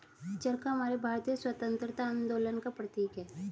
चरखा हमारे भारतीय स्वतंत्रता आंदोलन का प्रतीक है